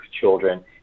children